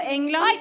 England